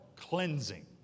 cleansing